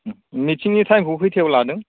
मिटिंनि टाइमखौ खैथायाव लादों